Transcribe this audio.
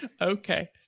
Okay